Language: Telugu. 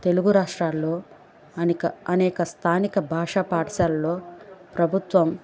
తెలుగు రాష్ట్రాల్లో అనిక అనేక స్థానిక భాషా పాఠశాల్లో ప్రభుత్వం